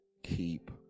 Keep